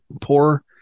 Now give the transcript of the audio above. poor